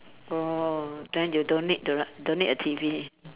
oh then you don't need the don't need a T_V